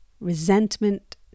resentment